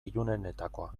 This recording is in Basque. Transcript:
ilunenetakoa